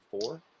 four